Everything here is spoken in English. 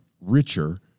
richer